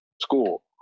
School